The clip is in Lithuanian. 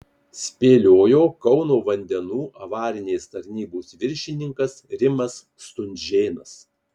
spėliojo kauno vandenų avarinės tarnybos viršininkas rimas stunžėnas